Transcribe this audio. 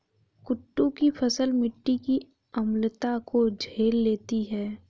कुट्टू की फसल मिट्टी की अम्लता को झेल लेती है